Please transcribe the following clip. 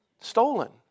Stolen